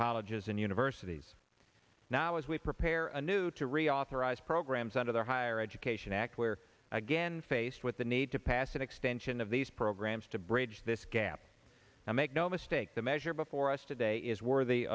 colleges and universities now as we prepare a new to reauthorize programs under the higher education act where again faced with the need to pass an extension of these programs to bridge this gap and make no mistake the measure before us today is worthy